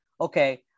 okay